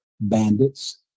bandits